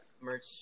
merch